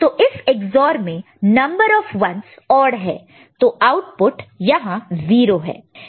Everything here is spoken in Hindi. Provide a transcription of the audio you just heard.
तो इस EX OR में नंबर ऑफ 1's औड है तो आउटपुट यहां 0 है